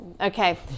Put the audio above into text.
Okay